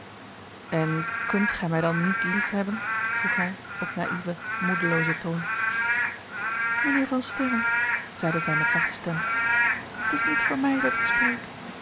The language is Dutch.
en kunt gij mij dan niet liefhebben vroeg hij op naieven moedeloozen toon mijnheer van sterren zeide zij met zachte stem t is niet voor mij dat ik spreek